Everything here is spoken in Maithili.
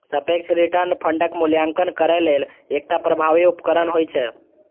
सापेक्ष रिटर्न फंडक मूल्यांकन करै लेल एकटा प्रभावी उपकरण होइ छै